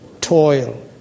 toil